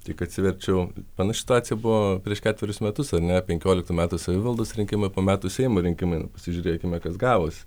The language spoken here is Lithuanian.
tik atsiverčiau panaši situacija buvo prieš ketverius metus o ne penkioliktų metų savivaldos rinkimai po metų seimo rinkimai pasižiūrėkime kas gavosi